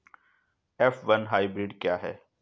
F one hybrid क्या है?